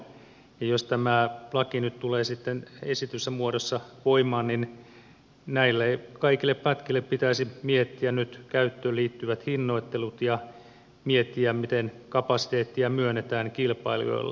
jos tämä laki nyt tulee sitten esitetyssä muodossa voimaan niin näille kaikille pätkille pitäisi miettiä käyttöön liittyvät hinnoittelut ja miettiä miten kapasiteettia myönnetään kilpailijoille